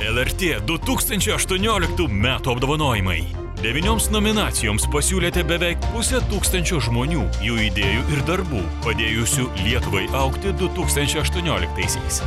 el er tė du tūkstančiai aštuonioliktų metų apdovanojimai devynioms nominacijoms pasiūlėte beveik pusę tūkstančio žmonių jų idėjų ir darbų padėjusių lietuvai augti du tūkstančiai aštuonioliktaisiais